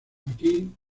aquí